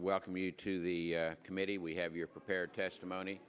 welcome you to the committee we have your prepared testimony